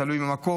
אם זה תלוי במקום,